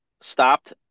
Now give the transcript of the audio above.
stopped